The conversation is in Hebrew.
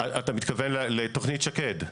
אתה מתכוון לתכנית שקד.